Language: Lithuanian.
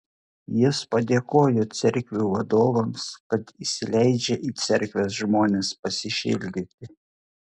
jis padėkojo cerkvių vadovams kad įsileidžia į cerkves žmones pasišildyti